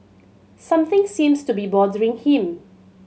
something seems to be bothering him